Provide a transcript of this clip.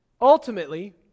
Ultimately